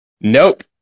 Nope